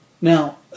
Now